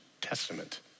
testament